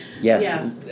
yes